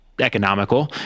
Economical